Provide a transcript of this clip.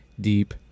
Deep